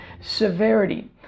severity